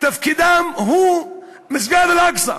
תפקידם הוא מסגד אל-אקצא,